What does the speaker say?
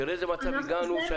תראה לאיזה מצב הגענו,